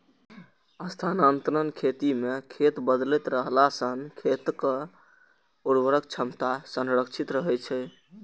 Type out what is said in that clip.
स्थानांतरण खेती मे खेत बदलैत रहला सं खेतक उर्वरक क्षमता संरक्षित रहै छै